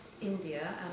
India